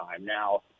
Now